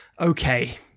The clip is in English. okay